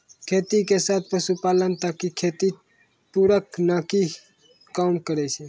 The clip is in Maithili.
खेती के साथ पशुपालन त खेती के पूरक नाकी हीं काम करै छै